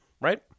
right